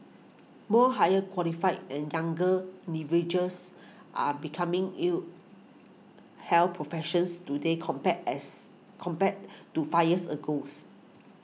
more higher qualified and younger individuals are becoming you here professions today compared as compare to five years a goes